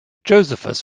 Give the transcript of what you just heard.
josephus